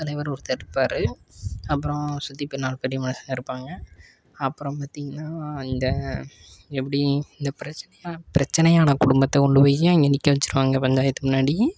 ஊர் தலைவர் ஒருத்தர் இருப்பார் அப்புறம் சுற்றி ப நாலு பெரிய மனுஷங்க இருப்பாங்க அப்புறம் பார்த்திங்கனா இந்த எப்படி இந்த பிரச்சனையாக பிரச்சனையான குடும்பத்தை கொண்டு போய் அங்கே நிற்க வச்சிருவாங்க பஞ்சாயத்து முன்னாடி